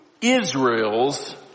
Israel's